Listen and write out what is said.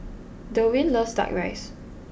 Derwin loves Duck Rice